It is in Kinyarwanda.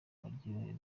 baryohewe